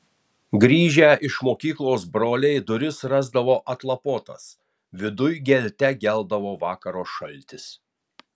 grįžę iš mokyklos broliai duris rasdavo atlapotas viduj gelte geldavo vakaro šaltis